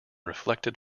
reflected